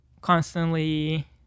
constantly